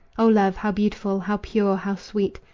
o love! how beautiful! how pure! how sweet!